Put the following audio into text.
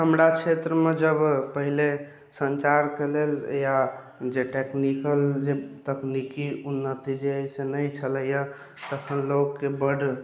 हमरा क्षेत्रमे जब पहिले सञ्चारके लेल या जे टेक्निकल जे तकनीकी उन्नति जे अइ से नहि छलैए तखन लोकके बड्ड